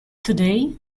today